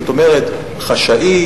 זאת אומרת חשאי,